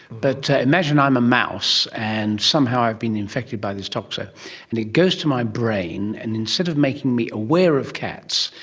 but imagine i'm a mouse and somehow i've been infected by this toxo and it goes to my brain, and instead of making me aware of cats,